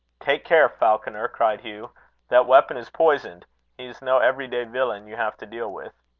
take care, falconer, cried hugh that weapon is poisoned. he is no every-day villain you have to deal with.